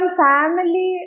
family